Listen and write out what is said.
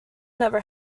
never